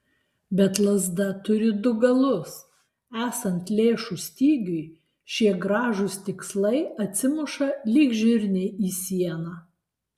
bet lazda turi du galus esant lėšų stygiui šie gražūs tikslai atsimuša lyg žirniai į sieną